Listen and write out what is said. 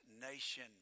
nation